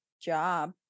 job